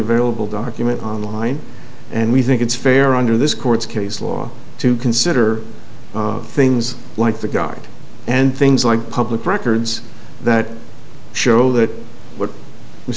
available document online and we think it's fair under this court's case law to consider things like the guard and things like public records that show that what